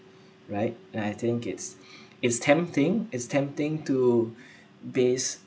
right and I think it's it's tempting it's tempting to base